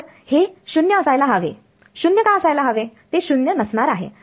तर हे 0 असायला हवे 0 का असायला हवे ते 0 नसणार आहे